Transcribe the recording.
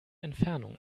entfernung